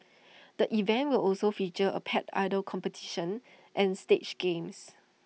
the event will also feature A pet idol competition and stage games